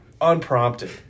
unprompted